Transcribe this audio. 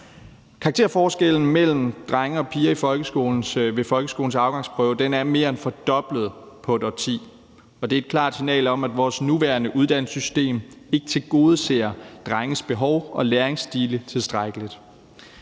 Karakterforskellen mellem drenge og piger ved folkeskolens afgangsprøve er mere end fordoblet på et årti, og det er et klart signal om, at vores nuværende uddannelsessystem ikke tilgodeser drenges behov og læringsstil tilstrækkeligt.